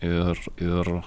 ir ir